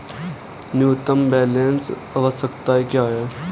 न्यूनतम बैलेंस आवश्यकताएं क्या हैं?